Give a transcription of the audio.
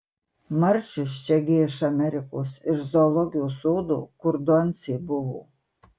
marčius čia gi iš amerikos iš zoologijos sodo kur doncė buvo